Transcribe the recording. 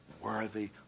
worthy